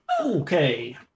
Okay